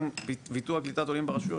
גם וויתור על קליטת עולים ברשויות,